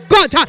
God